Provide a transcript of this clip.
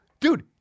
dude